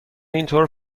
اینطور